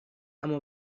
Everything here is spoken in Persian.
اما